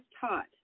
taught